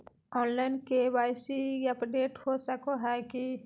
Online KYC update हो सको है की?